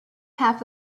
half